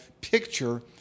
picture